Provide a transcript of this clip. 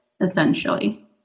essentially